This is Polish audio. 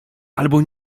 albo